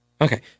Okay